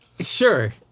Sure